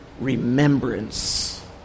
remembrance